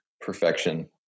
perfection